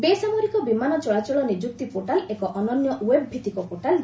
ବେସାମରିକ ବିମାନ ଚଳାଚଳ ନିଯୁକ୍ତି ପୋର୍ଟାଲ୍ ଏକ ଅନନ୍ୟ ଓ୍ୱେବ୍ଭିତ୍ତିକ ପୋର୍ଟାଲ୍